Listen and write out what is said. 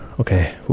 Okay